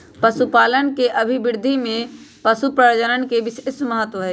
पशुपालन के अभिवृद्धि में पशुप्रजनन के विशेष महत्त्व हई